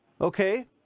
Okay